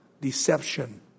Deception